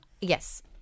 yes